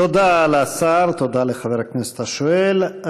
תודה לשר, תודה לחבר הכנסת השואל.